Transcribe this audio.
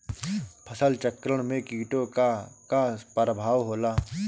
फसल चक्रण में कीटो का का परभाव होला?